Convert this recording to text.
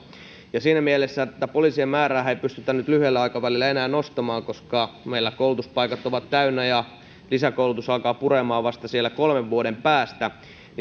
siinä mielessä että poliisien määräähän ei pystytä nyt lyhyellä aikavälillä enää nostamaan koska meillä koulutuspaikat ovat täynnä ja lisäkoulutus alkaa puremaan vasta siellä kolmen vuoden päästä